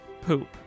poop